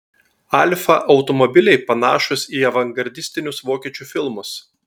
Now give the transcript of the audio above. alfa automobiliai panašūs į avangardistinius vokiečių filmus